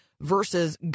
versus